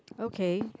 okay